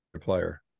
player